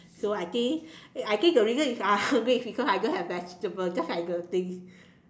so I think I think the reason is I hungry it's because I don't have vegetable just like the thing